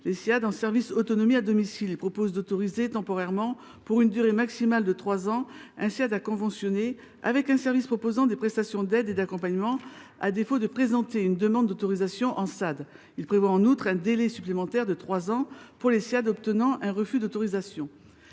la transformation des Ssiad en SAD. Il autorise temporairement, pour une durée maximale de trois ans, un Ssiad à conventionner avec un service proposant des prestations d’aide et d’accompagnement, à défaut de présenter une demande d’autorisation en SAD. Il prévoit en outre un délai supplémentaire de trois ans pour les Ssiad se voyant opposer un refus d’autorisation.